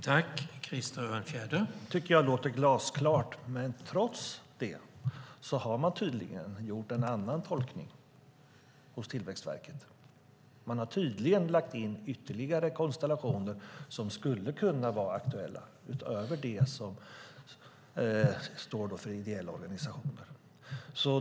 Herr talman! Det tycker jag låter glasklart. Trots det har man tydligt gjort en annan tolkning hos Tillväxtverket. Man har tydligen lagt in ytterligare konstellationer som skulle kunna vara aktuella utöver det som står för ideella organisationer.